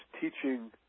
teaching